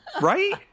right